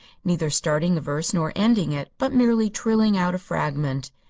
neither starting the verse nor ending it, but merely trilling out a fragment.